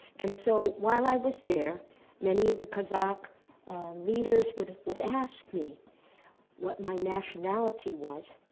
and so while i was there many of the kazakh leaders would would ask me what my nationality was,